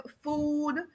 food